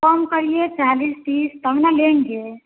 कम करिए चलिए तीस तब न लेंगे